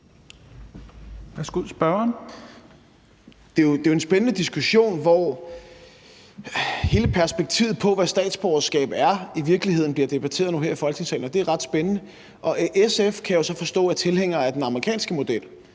Det er jo en spændende diskussion, hvor hele perspektivet på, hvad et statsborgerskab er, i virkeligheden bliver debatteret nu her i Folketingssalen. Det er ret spændende. Og SF kan jeg jo så forstå er tilhænger af den amerikanske model,